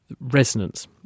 resonance